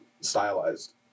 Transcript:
stylized